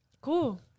Cool